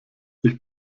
ich